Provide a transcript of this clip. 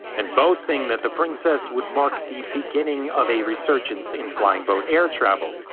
and boasting that the princess would mark the beginning of a resurgence in flying boat air travel.